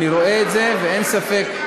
אני רואה את זה, ואין ספק,